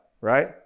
right